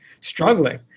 struggling